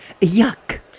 Yuck